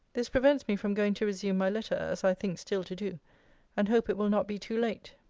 this prevents me from going to resume my letter, as i think still to do and hope it will not be too late.